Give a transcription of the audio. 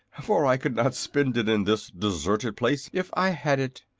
for i could not spend it in this deserted place if i had it.